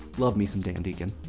love me some dan deacon.